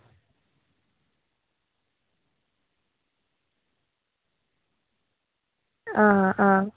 आं आं